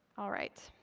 all right.